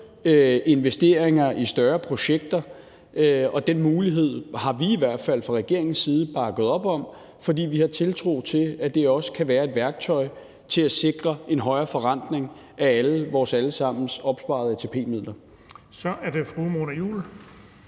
investeringer i større projekter. Den mulighed har vi i hvert fald fra regeringens side bakket op om, fordi vi har tiltro til, at det også kan være et værktøj til at sikre en højere forrentning af vores alle sammens opsparede ATP-midler. Kl. 16:11 Den fg.